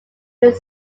made